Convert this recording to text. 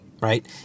right